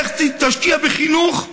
איך תשקיע בחינוך?